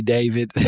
David